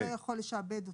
הוא גם לא יכול לשעבד אותו.